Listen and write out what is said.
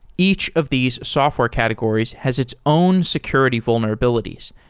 each of these software categories has its own security vulnerabilities,